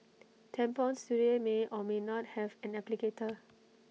tampons today may or may not have an applicator